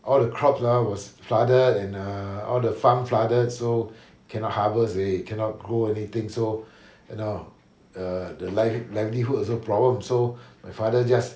all the crops ah was flooded and err all the farm flooded so cannot harvest already cannot grow anything so you know the the livelihood also problem so my father just